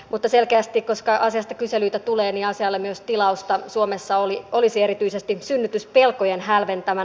mutta selkeästi koska asiasta kyselyitä tulee asialle myös tilausta suomessa olisi erityisesti synnytyspelkojen hälventäjänä